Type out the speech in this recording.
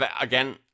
again